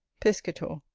piscator.